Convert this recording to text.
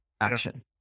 action